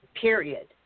period